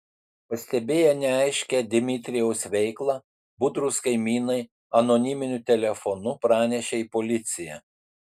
pastebėję neaiškią dmitrijaus veiklą budrūs kaimynai anoniminiu telefonu pranešė į policiją